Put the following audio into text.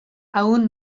aún